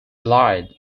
relied